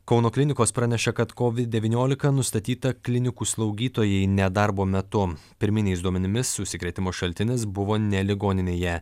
kauno klinikos pranešė kad kovid devyniolika nustatyta klinikų slaugytojai nedarbo metu pirminiais duomenimis užsikrėtimo šaltinis buvo ne ligoninėje